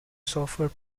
software